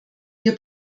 wir